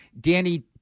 Danny